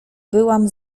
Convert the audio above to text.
byłam